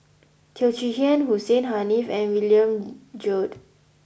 Teo Chee Hean Hussein Haniff and William Goode